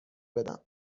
بدم